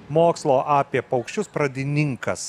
mokslo apie paukščius pradininkas